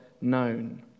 known